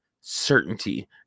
certainty